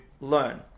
learn